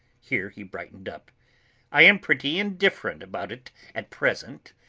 here he brightened up i am pretty indifferent about it at present.